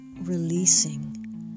releasing